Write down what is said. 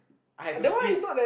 I had to squeeze